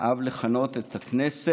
אהב לכנות בו את הכנסת,